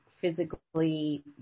physically